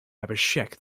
abhishek